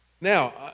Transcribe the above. Now